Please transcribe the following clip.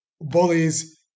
bullies